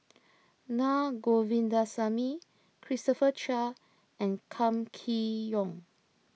Na Govindasamy Christopher Chia and Kam Kee Yong